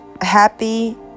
Happy